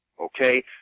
Okay